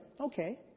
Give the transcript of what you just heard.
Okay